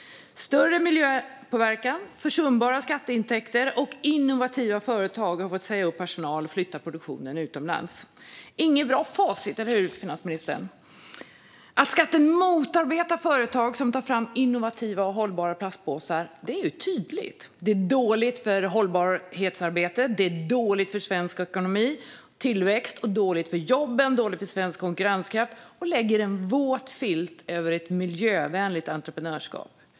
Större miljöpåverkan, försumbara skatteintäkter och att innovativa företag fått säga upp personal och flytta produktionen utomlands är inget bra facit. Eller hur, finansministern? Att skatten motarbetar företag som tar fram innovativa och hållbara plastpåsar är tydligt. Det är dåligt för hållbarhetsarbetet, dåligt för svensk ekonomi och tillväxt, dåligt för jobben och dåligt för svensk konkurrenskraft, och det lägger en våt filt över miljövänligt entreprenörskap.